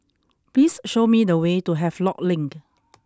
please show me the way to Havelock Link